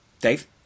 dave